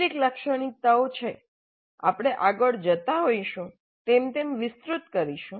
કેટલીક લાક્ષણિક્તાઓછે આપણે આગળ જતા હોઈશું તેમ તેમ વિસ્તૃત કરીશું